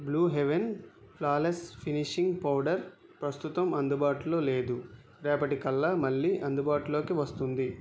blue heaven flawless finishing powder ప్రస్తుతం అందుబాటులో లేదు రేపటికల్లా మళ్ళీ అందుబాటులోకి వస్తుంది